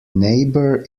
neighbour